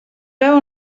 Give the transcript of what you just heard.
veu